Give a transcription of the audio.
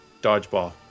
dodgeball